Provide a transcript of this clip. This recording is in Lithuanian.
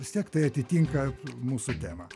vis tiek tai atitinka mūsų temą